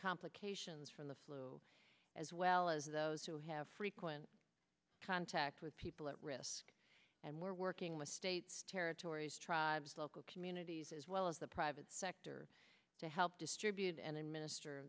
complications from the flu as well as those who have frequent contact with people at risk and we're working with states territories tribes local communities as well as the private sector to help distribute and then minister